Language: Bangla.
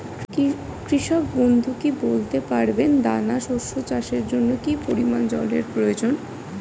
কৃষক বন্ধু কি বলতে পারবেন দানা শস্য চাষের জন্য কি পরিমান জলের প্রয়োজন?